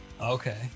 Okay